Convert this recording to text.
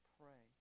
pray